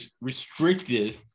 restricted